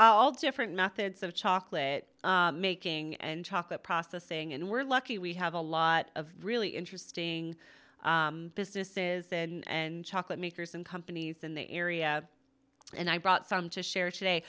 all different methods of chocolate making and chocolate processing and we're lucky we have a lot of really interesting businesses and chocolate makers and companies in the area and i brought some to share today